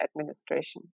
administration